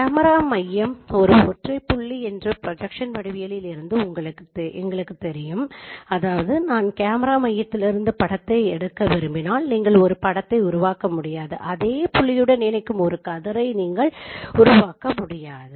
camera மையம் ஒரு ஒற்றை புள்ளி என்று திட்ட வடிவவியலில் இருந்து எங்களுக்குத் தெரியும் அதாவது நான் கேமரா மையத்திலிருந்து படத்தை எடுக்க விரும்பினால் நீங்கள் ஒரு படத்தை உருவாக்க முடியாது அதே புள்ளியுடன் இணைக்கும் ஒரு கதிரை நீங்கள் உருவாக்க முடியாது